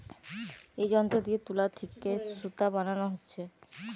এ যন্ত্র দিয়ে তুলা থিকে সুতা বানানা হচ্ছে